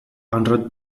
under